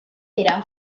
dira